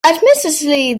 admittedly